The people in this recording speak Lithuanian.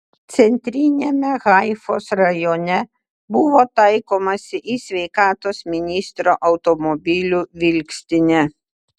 centriniame haifos rajone buvo taikomasi į sveikatos ministro automobilių vilkstinę